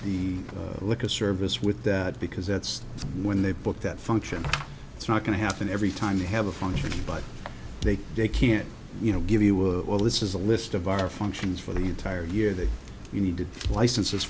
be like a service with that because that's when they put that function it's not going to happen every time they have a function but they they can't you know give you a list as a list of our functions for the entire year that you need licenses